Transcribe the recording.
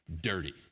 dirty